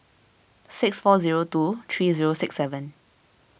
six four zero two three zero six seven